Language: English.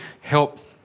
help